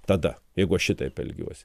tada jeigu aš šitaip elgiuos